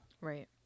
Right